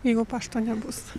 jeigu pašto nebus